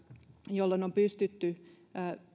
jolloin on pystytty